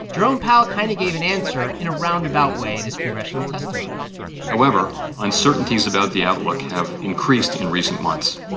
jerome powell kind of gave an answer in a roundabout way in his congressional testimony however, uncertainties about the outlook have increased in recent months.